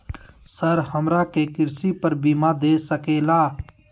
Sir हमरा के कृषि पर बीमा दे सके ला?